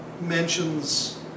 mentions